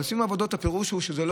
אבל סיום העבודות, הפירוש הוא לא